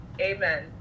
amen